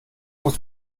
muss